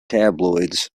tabloids